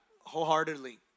wholeheartedly